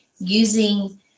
Using